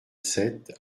sept